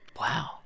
Wow